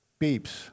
beeps